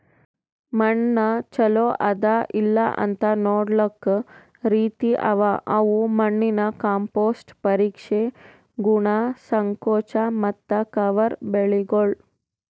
ಮಣ್ಣ ಚಲೋ ಅದಾ ಇಲ್ಲಾಅಂತ್ ನೊಡ್ಲುಕ್ ರೀತಿ ಅವಾ ಅವು ಮಣ್ಣಿನ ಕಾಂಪೋಸ್ಟ್, ಪರೀಕ್ಷೆ, ಗುಣ, ಸಂಕೋಚ ಮತ್ತ ಕವರ್ ಬೆಳಿಗೊಳ್